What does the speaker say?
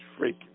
freaking